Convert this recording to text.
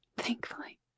Thankfully